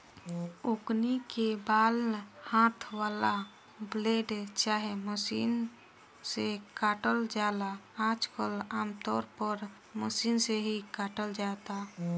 ओकनी के बाल हाथ वाला ब्लेड चाहे मशीन से काटल जाला आजकल आमतौर पर मशीन से ही काटल जाता